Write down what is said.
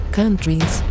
countries